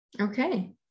okay